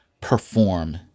perform